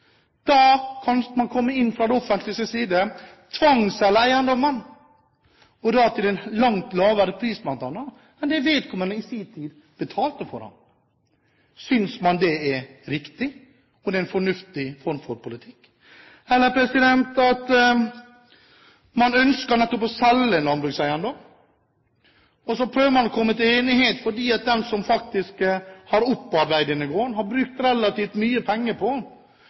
Da kan det offentlige komme inn og tvangsselge eiendommen, og til en langt lavere pris enn det vedkommende i sin tid betalte for den. Synes man det er en riktig og en fornuftig form for politikk? Eller kanskje man nettopp ønsker å selge en landbrukseiendom. De som har opparbeidet denne gården, har brukt relativt mye penger på et skikkelig våningshus, og har